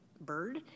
Bird